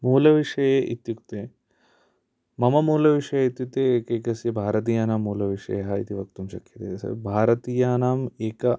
मूलविषये इत्युक्ते मम मूलविषये इत्युक्ते एकैकस्य भारतीयानां मूलविषयः इति वक्तुं शक्यते सर्व भारतीयानां एक